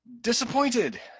Disappointed